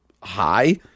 high